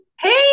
hey